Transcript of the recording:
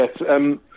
yes